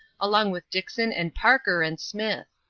along with dixon and parker and smith.